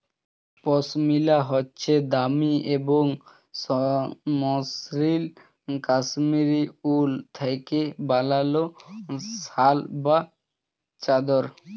পশমিলা হছে দামি এবং মসৃল কাশ্মীরি উল থ্যাইকে বালাল শাল বা চাদর